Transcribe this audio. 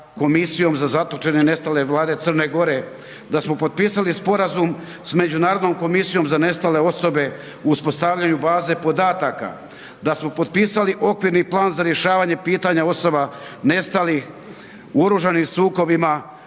Komisijom za zatočene, nestale vlade Crne Gore, da smo potpisali sporazum s Međunarodnom komisijom za nestale osobe u uspostavljanju baze podataka, da smo potpisali okvirni plan za rješavanje pitanja osoba nestalih u oružanim sukobima